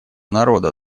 народа